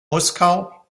moskau